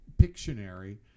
Pictionary